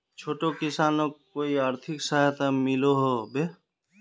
छोटो किसानोक कोई आर्थिक सहायता मिलोहो होबे?